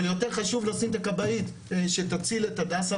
אבל יותר חשוב לשים את הכבאית שתציל את הדסה,